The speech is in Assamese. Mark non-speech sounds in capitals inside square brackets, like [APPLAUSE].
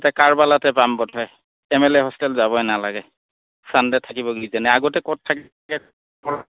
তাতে কাৰবালাতে পাম বোধ হয় এম এল এ হোষ্টেল যাবই নালাগে ছানডে থাকিব কিজানি আগতে ক'ত থাকে [UNINTELLIGIBLE]